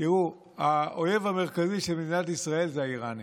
תראו, האויב המרכזי של מדינת ישראל זה האיראנים.